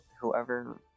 whoever